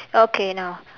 okay now